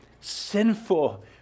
sinful